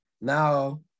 Now